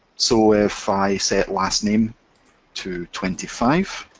so if i set lastname to twenty five,